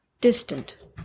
distant